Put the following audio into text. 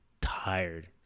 tired